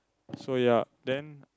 so ya then